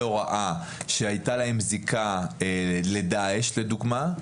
הוראה שהיתה להם זיקה לדעאש לדוגמא.